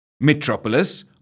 Metropolis